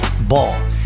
Ball